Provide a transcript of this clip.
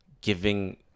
giving